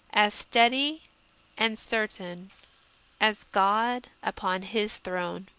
as steady and certain as god upon his throne.